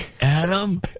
Adam